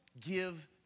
give